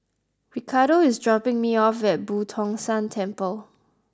Ricardo is dropping me off at Boo Tong San Temple